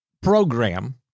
program